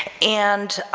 and,